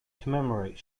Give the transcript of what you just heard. commemorates